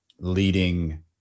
leading